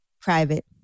private